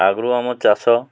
ଆଗରୁ ଆମର ଚାଷ